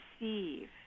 receive